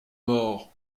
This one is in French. mort